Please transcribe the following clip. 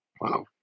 Wow